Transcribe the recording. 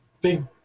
big